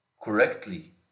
correctly